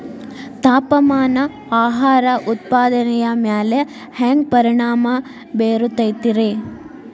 ತಾಪಮಾನ ಆಹಾರ ಉತ್ಪಾದನೆಯ ಮ್ಯಾಲೆ ಹ್ಯಾಂಗ ಪರಿಣಾಮ ಬೇರುತೈತ ರೇ?